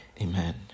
Amen